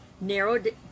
narrowed